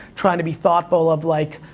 trying to be thoughtful of, like,